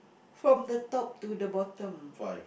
from the top to the bottom